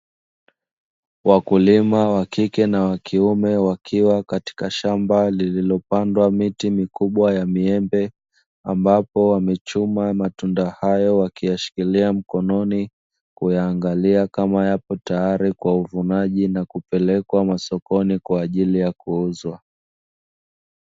Wakulima wa kike kwa wa kiume wakiwa katika shamba lililopandwa miti mikubwa ya miembe ambapo wamechuma matunda hayo wakiyashikilia mkononi, kuyaangalia kama yapo tayari kwa uvunaji na kupelekwa masokoni kwa ajili ya kuuzwa.